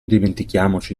dimentichiamoci